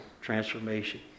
transformation